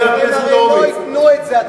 הם הרי לא ייתנו את זה.